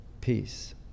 peace